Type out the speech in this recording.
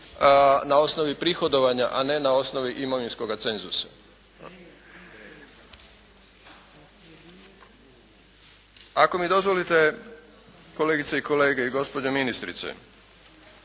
na osnovi prihodovanja, a ne na osnovi imovinskoga cenzusa. Ako mi dozvolite kolegice i kolege i gospođo ministrice,